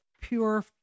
pure